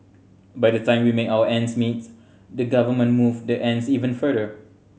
by the time we make out ends meet the government move the ends even further